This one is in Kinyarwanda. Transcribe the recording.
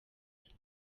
itatu